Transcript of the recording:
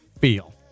feel